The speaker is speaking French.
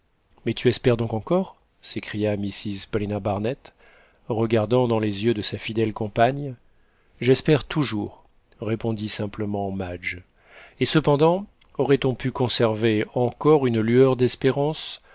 mais tu espères donc encore s'écria mrs paulina barnett regardant dans les yeux sa fidèle compagne j'espère toujours répondit simplement madge et cependant aurait-on pu conserver encore une lueur d'espérance